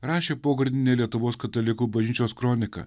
rašė pogrindinė lietuvos katalikų bažnyčios kronika